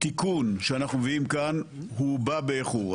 שהתיקון שאנחנו מביאים כאן הוא בא באיחור.